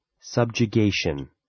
Subjugation